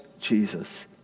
Jesus